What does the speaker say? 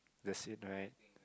the scene right